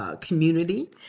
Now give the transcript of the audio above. community